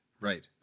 right